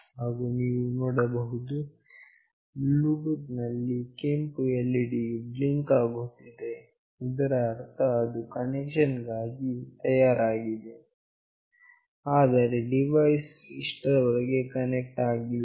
ಹಾಗು ನೀವು ನೋಡಬಹುದು ಬ್ಲೂಟೂತ್ ನಲ್ಲಿ ಈ ಕೆಂಪು LED ಯು ಬ್ಲಿಂಕ್ ಆಗುತ್ತಿದೆ ಇದರ ಅರ್ಥ ಅದು ಕನೆಕ್ಷನ್ ಗಾಗಿ ತಯಾರಾಗಿದೆ ಆದರೆ ಡಿವೈಸ್ ವು ಇಷ್ಟರವರೆಗೆ ಕನೆಕ್ಟ್ ಆಗಲಿಲ್ಲ